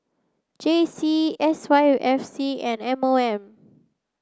J C S Y F C and M O M